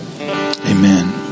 Amen